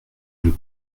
nous